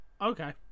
Okay